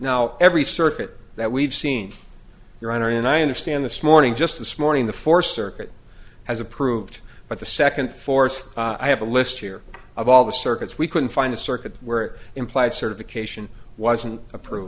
now every circuit that we've seen your honor and i understand this morning just this morning the four circuit has approved but the second force i have a list here of all the circuits we couldn't find a circuit where implied certification wasn't approve